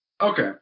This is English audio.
Okay